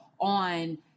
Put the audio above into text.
on